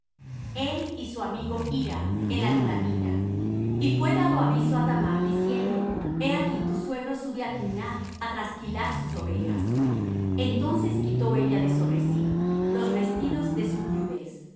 él y su amigo hira el adullamita y fué dado aviso á thamar diciendo he aquí tu suegro sube á timnath á trasquilar sus ovejas entonces quitó ella de sobre sí los vestidos de su viudez